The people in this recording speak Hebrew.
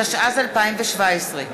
התשע"ז 2017,